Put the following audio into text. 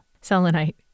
Selenite